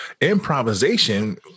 Improvisation